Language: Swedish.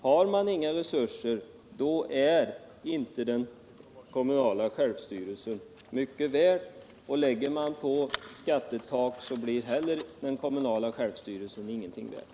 Har man inga resurser är inte den kommunala självstyrelsen mycket värd, och lägger man på ett skattetak blir den kommunala självstyrelsen heller ingenting värd.